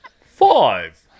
five